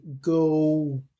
go